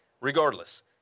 Regardless